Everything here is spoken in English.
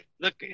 Look